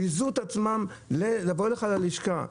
ביזו את עצמם לבוא אליך ללשכה.